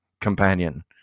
companion